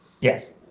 Yes